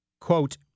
quote